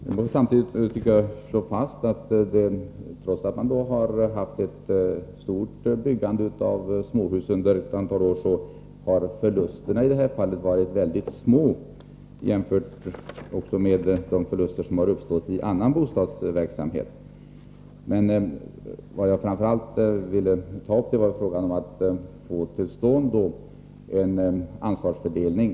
Jag vill samtidigt slå fast att förlusterna i detta sammanhang, trots att det under ett antal år har byggts många småhus, har varit mycket ringa, också jämfört med de förluster som har uppstått på andra håll inom bostadssektorn. Vad jag framför allt ville ta upp var emellertid frågan om ansvarsfördelningen.